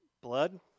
blood